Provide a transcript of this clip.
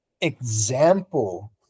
example